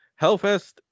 Hellfest